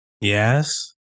Yes